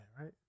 right